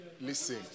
listen